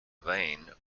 vane